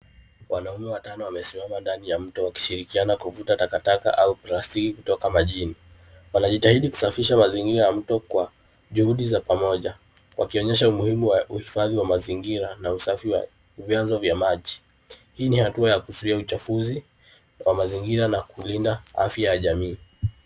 Wanaume watano wamesimama ndani ya mto wakishirikiana kuvuta takataka au plastiki kutoka majini. Wanajitahidi kusafisha mazingira ya mto kwa juhudi za pamoja, wakionyesha umuhimu wa uhifadhi wa mazingira na usafi wa vyanzo vya maji. Hii ni hatua ya kuzuia uchafuzi wa mazingira na kulinda afya ya jamii.